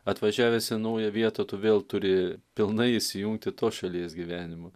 atvažiavęs į naują vietą tu vėl turi pilnai įsijungt į tos šalies gyvenimą